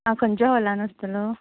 आं खंयचे हॉलान आसतलो